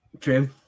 True